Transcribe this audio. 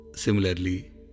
Similarly